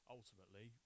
ultimately